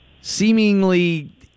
seemingly